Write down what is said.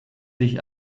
sich